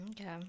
okay